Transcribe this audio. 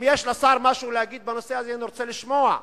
אם יש לשר משהו להגיד בנושא הזה, אני רוצה לשמוע.